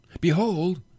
Behold